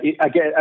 again